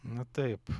na taip